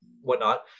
whatnot